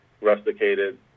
rusticated